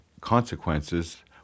consequences